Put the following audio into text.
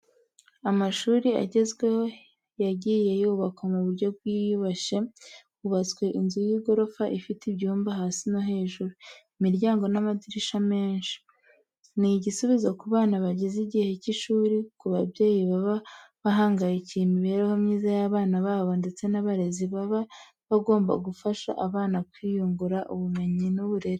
Amashuri agezweho yagiye yubakwa mu buryo bwiyubashye, hubatswe inzu y'igorofa ifite ibyumba hasi no hejuru, imiryango n'amadirishya menshi. Ni igisubizo ku bana bageze igihe cy'ishuri, ku babyeyi baba bahangayikiye imibereho myiza y'abana babo ndetse n'abarezi baba bagomba gufasha abana kwiyungura ubumenyi n'uburere.